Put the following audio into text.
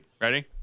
Ready